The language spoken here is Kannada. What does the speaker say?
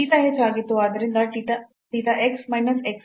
ಆದ್ದರಿಂದ theta x minus x 0 ಮತ್ತು y 0 plus theta k